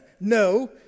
No